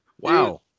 Wow